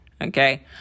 okay